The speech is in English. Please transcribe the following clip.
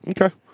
okay